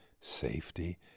safety